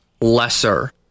lesser